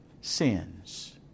sins